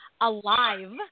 alive